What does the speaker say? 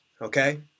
okay